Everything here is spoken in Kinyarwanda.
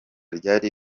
ryari